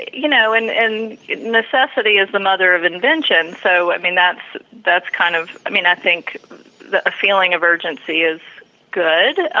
you know, and and necessity is the mother of invention. so, i mean, that's that's kind of, i mean, i think the feeling of urgency is good.